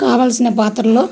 కావలసిన పాత్రలో